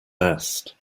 best